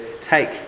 Take